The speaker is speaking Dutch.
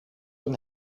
een